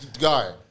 guy